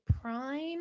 Prime